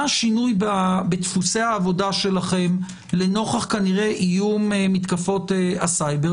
מה השינוי בדפוסי העבודה שלכם לנוכח כנראה איום מתקפות הסייבר?